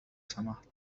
سمحت